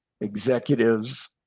executives